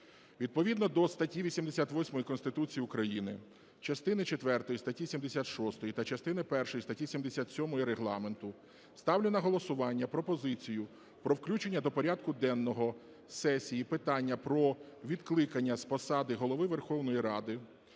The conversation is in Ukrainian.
Відповідно до статті 88 Конституції України, частини четвертої статті 76 та частини першої статті 77 Регламенту ставлю на голосування пропозицію про включення до порядку денного сесії питання про відкликання з посади Голови Верховної Ради